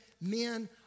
men